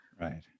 Right